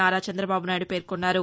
నారా చంద్రదబాబు నాయుడు పేర్కొన్నారు